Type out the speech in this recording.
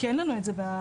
כי אין לנו את זה בחוק.